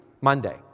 Monday